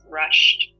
rushed